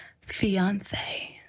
fiance